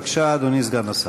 בבקשה, אדוני סגן השר.